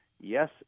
Yes